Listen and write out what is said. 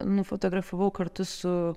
nufotografavau kartu su